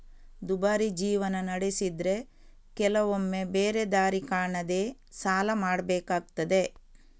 ದುಬಾರಿ ಜೀವನ ನಡೆಸಿದ್ರೆ ಕೆಲವೊಮ್ಮೆ ಬೇರೆ ದಾರಿ ಕಾಣದೇ ಸಾಲ ಮಾಡ್ಬೇಕಾಗ್ತದೆ